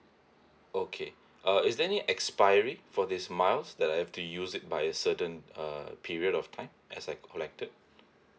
okay uh is there any expiry for this miles that I have to use it by a certain uh period of time as I collect it